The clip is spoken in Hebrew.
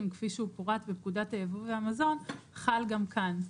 כפי שהוא פורט בפקודת הייבוא והמזון חל גם כאן.